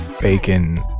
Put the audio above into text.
bacon